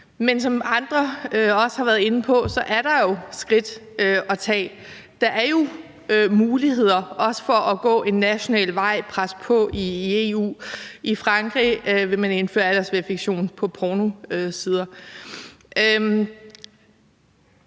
Men som andre også har været inde på, er der jo skridt at tage. Der er jo også muligheder for at gå national vej og presse på i EU. I Frankrig vil man indføre aldersverificering på pornosider.